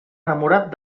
enamorat